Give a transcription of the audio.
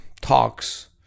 talks